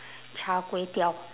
char kway teow